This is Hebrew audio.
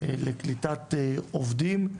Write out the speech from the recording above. לקליטת עובדים.